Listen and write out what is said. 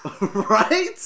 Right